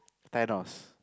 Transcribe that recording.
Thanos